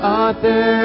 author